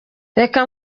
reka